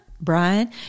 Brian